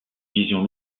vision